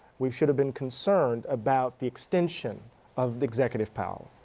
we should have been concerned about the extension of the executive power.